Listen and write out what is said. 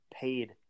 paid